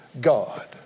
God